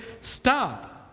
stop